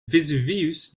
vesuvius